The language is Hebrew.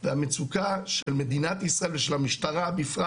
והמצוקה של מדינת ישראל ושל המשטרה בפרט